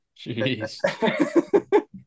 Jeez